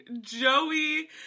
Joey